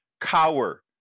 cower